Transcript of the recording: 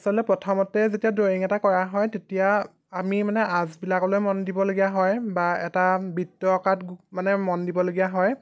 আচলতে প্ৰথমতে যেতিয়া ড্ৰয়িং এটা কৰা হয় তেতিয়া আমি মানে আঁচবিলাকলৈ মন দিবলগীয়া হয় বা এটা বৃত্ত অঁকাত মানে মন দিবলগীয়া হয়